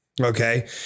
okay